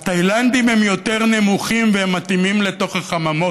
התאילנדים הם יותר נמוכים והם מתאימים לתוך החממות.